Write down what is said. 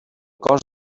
cos